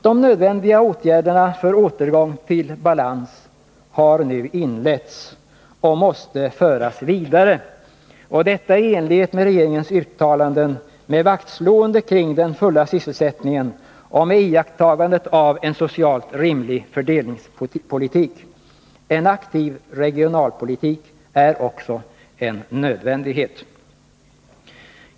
De nödvändiga åtgärderna för återgång till balans har nu inletts och måste föras vidare i enlighet med regeringens uttalande, med vaktslående kring den fulla sysselsättningen och med iakttagande av en socialt rimlig fördelningspolitik. En aktiv regionalpolitik är också en nödvändighet.